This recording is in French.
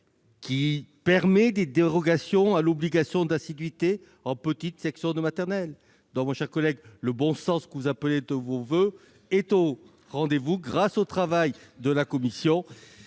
désormais des dérogations à l'obligation d'assiduité en petite section de maternelle. Mon cher collègue, le bon sens que vous appelez de vos voeux est au rendez-vous grâce au travail de la commission,